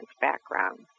background